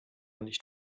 nicht